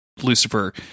Lucifer